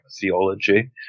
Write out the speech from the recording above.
theology